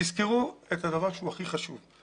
תזכרו את הדבר שהוא הכי חשוב.